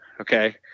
Okay